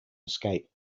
escape